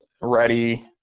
ready